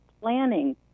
planning